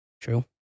true